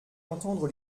entendre